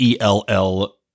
ELL